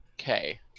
okay